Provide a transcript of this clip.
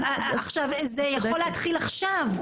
זה יכול להתחיל עכשיו.